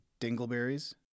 dingleberries